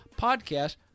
podcast